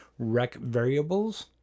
recvariables